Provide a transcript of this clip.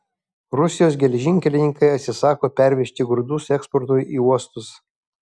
rusijos geležinkelininkai atsisako pervežti grūdus eksportui į uostus